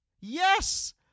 Yes